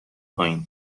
پایین